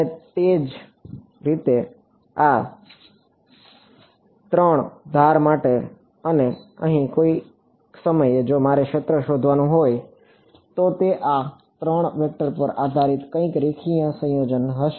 અને તે જ રીતે આ 3 ધાર માટે અને અહીં કોઈક સમયે જો મારે ક્ષેત્ર શોધવાનું હોય તો તે આ 3 વેક્ટર પર આધારિત કંઈકનું રેખીય સંયોજન હશે